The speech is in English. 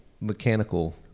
mechanical